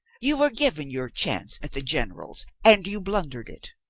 you were given your chance at the generals and you blundered it.